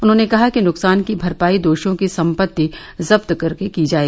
उन्होंने कहा कि नुकसान की भरपायी दोषियों की संपत्ति जब्त कर की जाए